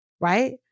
right